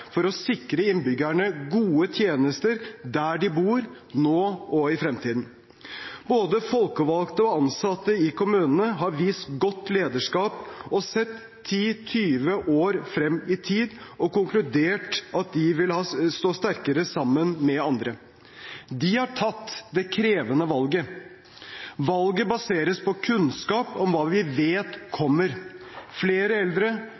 for å sikre innbyggerne gode tjenester der de bor, nå og i fremtiden. Både folkevalgte og ansatte i kommunene har vist godt lederskap, sett 10–20 år frem i tid og konkludert med at de vil stå sterkere sammen med andre. De har tatt det krevende valget. Valget baseres på kunnskap om hva vi vet kommer: flere eldre,